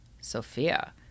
Sophia